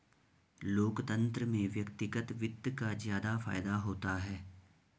लोकतन्त्र में व्यक्तिगत वित्त का ज्यादा फायदा होता है